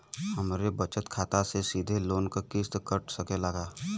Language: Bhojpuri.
हमरे बचत खाते से सीधे लोन क किस्त कट सकेला का?